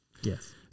yes